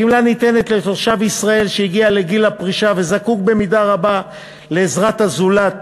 הגמלה ניתנת לתושב ישראל שהגיע לגיל הפרישה וזקוק במידה רבה לעזרת הזולת